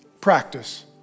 practice